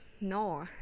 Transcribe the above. no